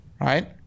right